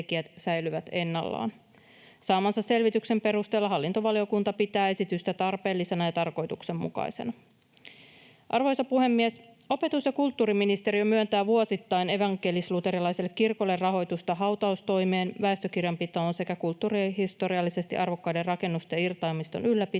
Saamansa selvityksen perusteella hallintovaliokunta pitää esitystä tarpeellisena ja tarkoituksenmukaisena. Arvoisa puhemies! Opetus- ja kulttuuriministeriö myöntää vuosittain evankelis-luterilaiselle kirkolle rahoitusta hautaustoimeen, väestökirjanpitoon sekä kulttuurihistoriallisesti arvokkaiden rakennusten ja irtaimiston ylläpitoon